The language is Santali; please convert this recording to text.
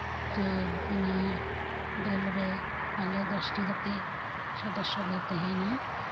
ᱛᱳ ᱚᱱᱟ ᱫᱚᱞ ᱨᱮ ᱟᱞᱮ ᱜᱮᱞ ᱜᱚᱴᱟᱝ ᱠᱟᱛᱮᱫ ᱥᱚᱦᱮᱫ ᱞᱮ ᱛᱟᱸᱦᱮᱱᱟ